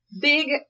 big